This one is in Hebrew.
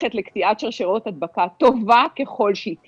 מערכת לקטיעת שרשראות הדבקה טובה ככל שהיא תהיה,